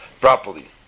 properly